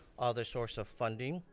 other source of funding,